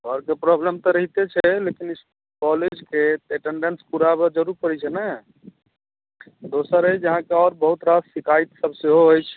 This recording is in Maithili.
घरके प्रोबलम तऽ रहितै छै लेकिन कॉलेजके अटेन्डेन्स पुराबऽ जरूर पड़ै छै ने दोसर अछि जे अहाँके आओर बहुत रास शिकायत सब सेहो अछि